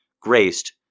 graced